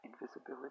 invisibility